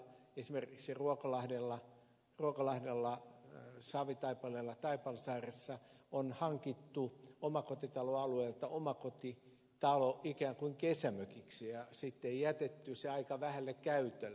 esimerkiksi ruokolahdella savitaipaleella taipalsaaressa on hankittu omakotitaloalueelta omakotitalo ikään kuin kesämökiksi ja sitten jätetty se aika vähälle käytölle